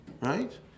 right